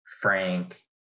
Frank